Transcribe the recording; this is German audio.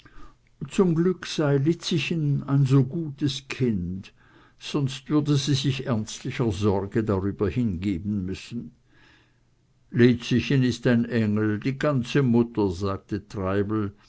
zum glück sei lizzichen ein so gutes kind sonst würde sie sich ernstlicher sorge darüber hingeben müssen lizzichen ist ein engel die ganze mutter sagte treibel